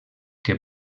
que